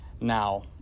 Now